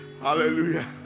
Hallelujah